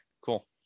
Cool